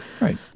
Right